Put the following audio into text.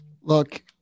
Look